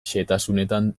xehetasunetan